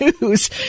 news